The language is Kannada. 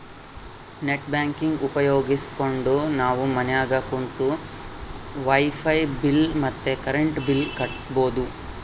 ನೆಟ್ ಬ್ಯಾಂಕಿಂಗ್ ಉಪಯೋಗಿಸ್ಕೆಂಡು ನಾವು ಮನ್ಯಾಗ ಕುಂತು ವೈಫೈ ಬಿಲ್ ಮತ್ತೆ ಕರೆಂಟ್ ಬಿಲ್ ಕಟ್ಬೋದು